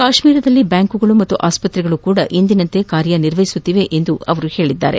ಕಾಶ್ಮೀರದಲ್ಲಿ ಬ್ಯಾಂಕುಗಳು ಮತ್ತು ಆಸ್ಪತ್ರೆಗಳು ಸಹ ಎಂದಿನಂತೆ ಕಾರ್ಯನಿರ್ವಹಿಸುತ್ತಿವೆ ಎಂದು ಅವರು ತಿಳಿಸಿದ್ದಾರೆ